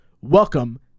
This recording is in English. Welcome